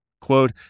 quote